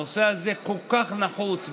הנושא הזה כל כך נחוץ,